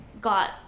got